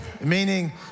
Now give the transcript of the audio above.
meaning